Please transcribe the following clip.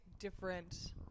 different